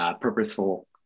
purposeful